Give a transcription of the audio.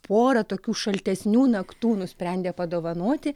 porą tokių šaltesnių naktų nusprendė padovanoti